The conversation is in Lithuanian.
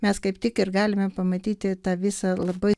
mes kaip tik ir galime pamatyti tą visą labai